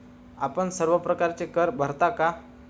आपण सर्व प्रकारचे कर भरता का?